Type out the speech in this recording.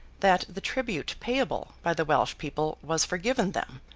that the tribute payable by the welsh people was forgiven them,